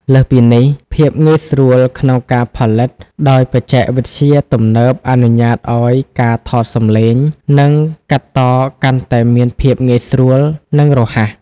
លើសពីនេះ ភាពងាយស្រួលក្នុងការផលិត ដោយបច្ចេកវិទ្យាទំនើបអនុញ្ញាតឲ្យការថតសំឡេង និងកាត់តកាន់តែមានភាពងាយស្រួល និងរហ័ស។